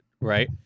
right